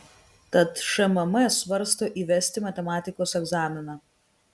tad šmm svarsto įvesti matematikos egzaminą